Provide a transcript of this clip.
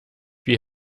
wie